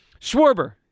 Schwarber